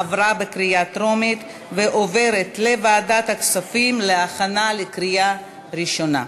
עברה בקריאה טרומית ועוברת לוועדת הכספים להכנה לקריאה ראשונה.